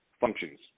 functions